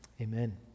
Amen